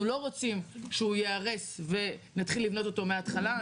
אנחנו לא רוצים שהוא ייהרס ונתחיל לבנות אותו מהתחלה,